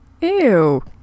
Ew